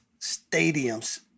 stadiums